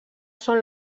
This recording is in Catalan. són